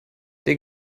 der